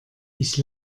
ich